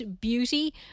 beauty